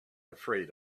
afraid